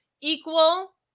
equal